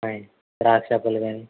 ఆయ్ ద్రాక్షా పళ్ళు కానీ